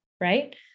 Right